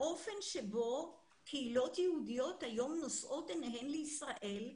האופן שבו קהילות יהודיות היום נושאות עיניהן לישראל.